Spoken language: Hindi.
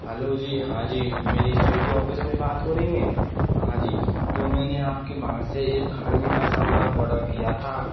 हैलो जी हाँ जी मेरी स्वीगी ऑफिस में बात हो रही हैं हाँ जी तो मैंने आपके वहाँ से एक खाने का सामान ऑर्डर किया था